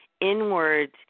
inwards